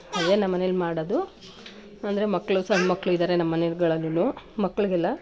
ಅದೇ ನಮ್ಮನೆಯಲ್ಲಿ ಮಾಡೋದು ಅಂದರೆ ಮಕ್ಕಳು ಸಣ್ಣ ಮಕ್ಳು ಇದ್ದಾರೆ ನಮ್ಮನೆಗಳಲ್ಲೂನು ಮಕ್ಕಳಿಗೆಲ್ಲ